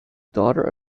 daughter